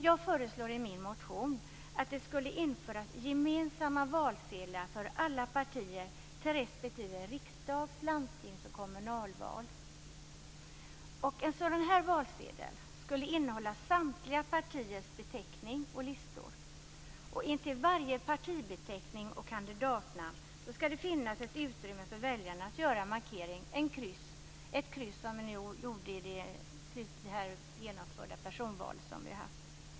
Jag föreslår i min motion att det skulle införas gemensamma valsedlar för alla partier till respektive riksdags-, landstings-, och kommunalval. En sådan valsedel skulle innehålla samtliga partiers beteckningar och listor. Intill varje partibeteckning och kandidatnamn skall det finnas ett utrymme för väljaren att göra en markering på, ett kryss på samma sätt som vi gjorde i det personval vi har genomfört.